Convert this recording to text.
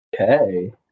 Okay